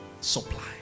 supply